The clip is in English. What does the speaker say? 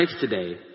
today